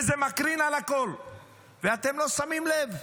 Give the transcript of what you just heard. וזה מקרין על הכול ואתם לא שמים לב,